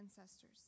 ancestors